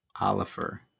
Oliver